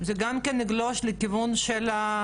שאסור היה לקיים הליך של מינוי דרך קבע,